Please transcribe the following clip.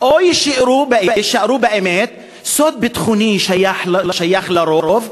או יישארו באמת סוד ביטחוני השייך לרוב,